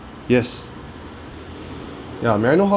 yes ya may I know how lo~